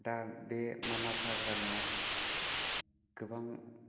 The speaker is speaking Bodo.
दा बे मानास हाग्रामाया गोबां